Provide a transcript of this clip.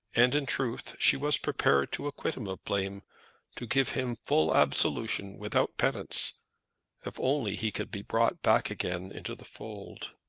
and in truth she was prepared to acquit him of blame to give him full absolution without penance if only he could be brought back again into the fold.